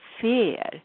fear